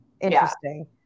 Interesting